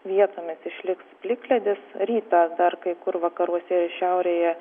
vietomis išliks plikledis rytą dar kai kur vakaruose ir šiaurėje